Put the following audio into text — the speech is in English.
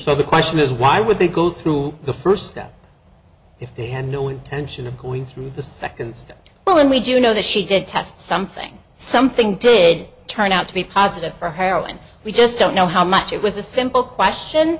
so the question is why would they go through the first step if they had no intention of going through the second step well and we do know that she did test something something did turn out to be positive for heroin we just don't know how much it was a simple question